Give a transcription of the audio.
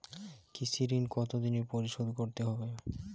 কৃষি ঋণ কতোদিনে পরিশোধ করতে হবে?